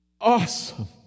Awesome